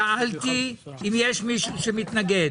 שאלתי אם יש מישהו שמתנגד.